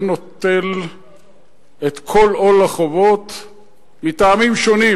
נוטל את כל עול החובות מטעמים שונים,